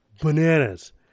bananas